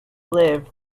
live